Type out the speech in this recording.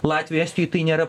latvijai estijai tai nėra